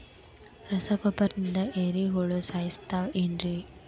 ರಸಗೊಬ್ಬರದಿಂದ ಏರಿಹುಳ ಸಾಯತಾವ್ ಏನ್ರಿ?